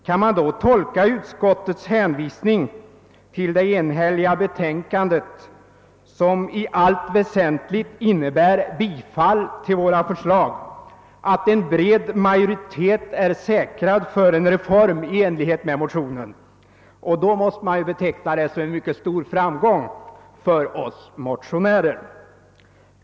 Kan man då tolka utskottets hänvisning till det enhälliga betänkandet, som i allt väsentligt innebär bifall till våra förslag, så att en bred majoritet är säkrad för en reform i enlighet med motionen? I så fall måste man beteckna det som en stor framgång för oss motionärer.